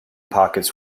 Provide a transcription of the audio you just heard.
pockets